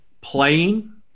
playing